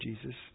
Jesus